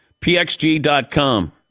PXG.com